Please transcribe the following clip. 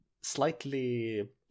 slightly